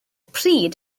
pryd